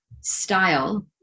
style